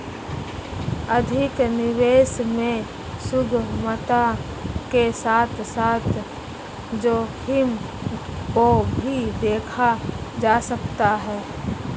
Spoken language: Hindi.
अधिक निवेश में सुगमता के साथ साथ जोखिम को भी देखा जा सकता है